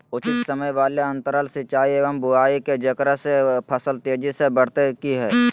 उचित समय वाले अंतराल सिंचाई एवं बुआई के जेकरा से फसल तेजी से बढ़तै कि हेय?